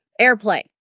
Airplay